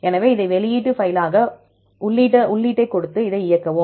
எனவே இதை வெளியிடு பைலாக உள்ளீட்டைக் கொடுத்து இதை இயக்கவும்